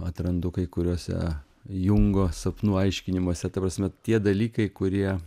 atrandu kai kuriose jungo sapnų aiškinimuose ta prasme tie dalykai kurie